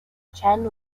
chen